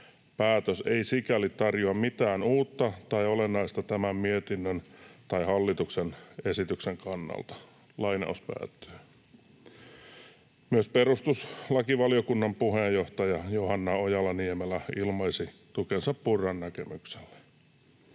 Päätös ei sikäli tarjoa mitään uutta tai olennaista tämän mietinnön tai hallituksen esityksen kannalta.” Myös perustuslakivaliokunnan puheenjohtaja Johanna Ojala-Niemelä ilmaisi tukensa Purran näkemykselle.